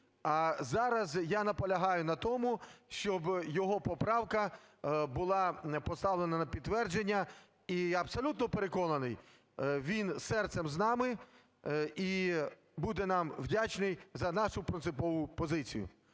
А зараз я наполягаю на тому, щоб його поправка була поставлена на підтвердження. І, я абсолютно переконаний, він серцем з нами і буде нам вдячний за нашу принципову позицію.